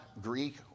Greek